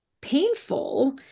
painful